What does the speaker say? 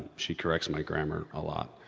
she corrects my grammar a lot.